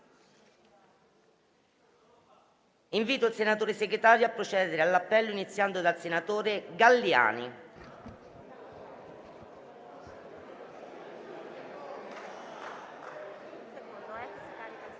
Invito il senatore Segretario a procedere all'appello, iniziando dal senatore Galliani.